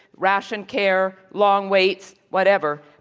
rationed care, long waits, whatever.